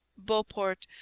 beauport,